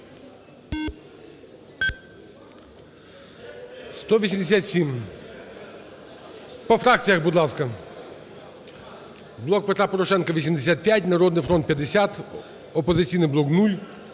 За-187 По фракціях, будь ласка. "Блок Петра Порошенка" – 85, "Народний фронт" – 50, "Опозиційний блок"